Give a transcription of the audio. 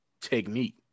Technique